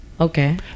Okay